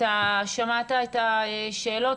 שמעת את השאלות,